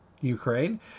Ukraine